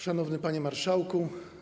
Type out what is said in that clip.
Szanowny Panie Marszałku!